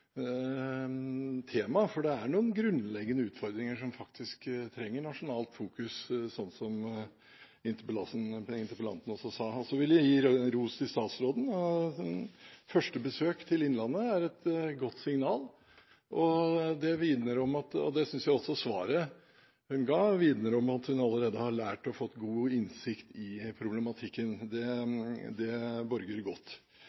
er noen grunnleggende utfordringer som faktisk trenger nasjonalt fokus, som interpellanten også sa. Så vil jeg gi ros til statsråden: Et første besøk til Innlandet er et godt signal, og jeg synes også at svaret hun ga, vitner om at hun allerede har fått god innsikt i problematikken. Det borger godt.